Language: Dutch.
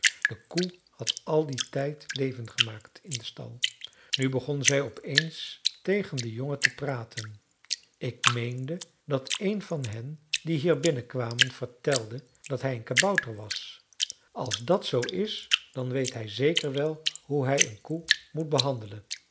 de koe had al dien tijd leven gemaakt in den stal nu begon zij op eens tegen den jongen te praten ik meende dat een van hen die hier binnenkwamen vertelde dat hij een kabouter was als dat zoo is dan weet hij zeker wel hoe hij een koe moet behandelen